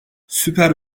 süper